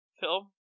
film